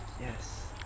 Yes